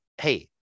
hey